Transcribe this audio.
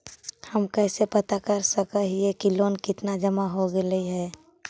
हम कैसे पता कर सक हिय की लोन कितना जमा हो गइले हैं?